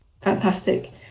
Fantastic